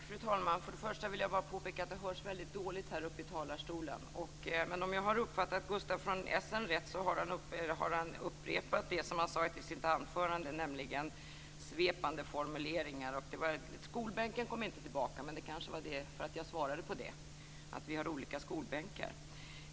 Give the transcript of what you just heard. Fru talman! Jag vill först påpeka att det hörs väldigt dåligt här uppe i talarstolen. Om jag uppfattade Gustaf von Essen rätt upprepade han det han sade i sitt anförande, nämligen svepande formuleringar. Skolbänken kom inte tillbaka, men jag svarade på det. Vi har olika skolbänkar.